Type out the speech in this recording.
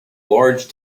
large